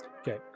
Okay